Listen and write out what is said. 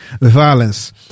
violence